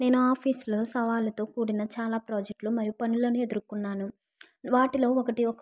నేను ఆఫీస్ లో సవాళ్లతో కూడిన చాలా ప్రాజెక్టులు మరియు పనులను ఎదురుకున్నాను వాటిలో ఒకటి